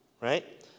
right